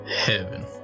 Heaven